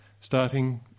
starting